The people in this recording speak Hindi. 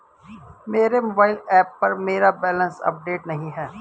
मेरे मोबाइल ऐप पर मेरा बैलेंस अपडेट नहीं है